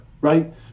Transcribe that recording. right